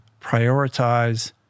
prioritize